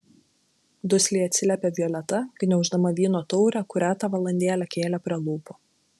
dusliai atsiliepė violeta gniauždama vyno taurę kurią tą valandėlę kėlė prie lūpų